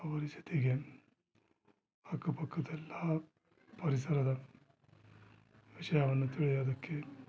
ಅವರ ಜೊತೆಗೆ ಅಕ್ಕಪಕ್ಕದೆಲ್ಲಾ ಪರಿಸರದ ವಿಷಯವನ್ನು ತಿಳಿಯೋದಕ್ಕೆ